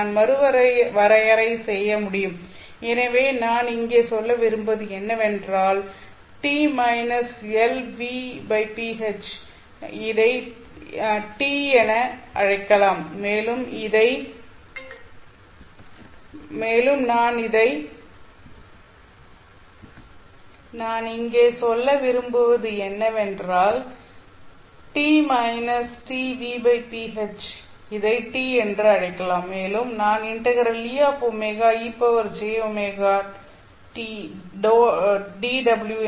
நான் மறுவரையறை செய்ய முடியும் எனவே நான் இங்கே சொல்ல விரும்புவது என்னவென்றால் t− Lv ph ¿ இதை τ என அழைக்கலாம் மேலும் நான் ∫Eωe jωτdω